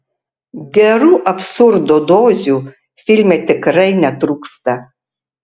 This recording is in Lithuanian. gerų absurdo dozių filme tikrai netrūksta